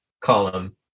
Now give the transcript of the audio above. column